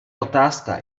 otázka